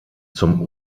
zum